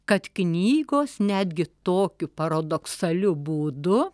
kad knygos netgi tokiu paradoksaliu būdu